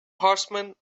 horsemen